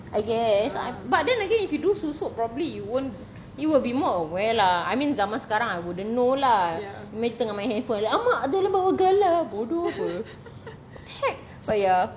I guess but then again if you do susuk probably you won't you will be more aware lah I mean zaman sekarang I wouldn't know lah tengah main handphone !alamak! jalan bawah galah bodoh apa the heck but ya